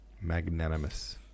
Magnanimous